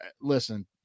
Listen